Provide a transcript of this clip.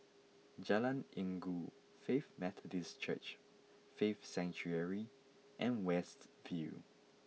Jalan Inggu Faith Methodist Church Faith Sanctuary and West View